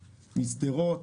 משדרות,